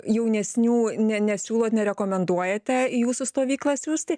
jaunesnių ne nesiūlo nerekomenduojate į jūsų stovyklas siųsti